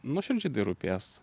nuoširdžiai tai rūpės